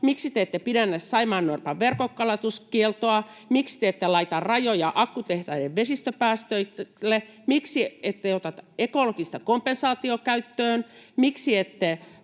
Miksi te ette pidennä saimaannorpan verkkokalastuskieltoa? Miksi te ette laita rajoja akkutehtaiden vesistöpäästöille? Miksi ette ota ekologista kompensaatiota käyttöön? Miksi ette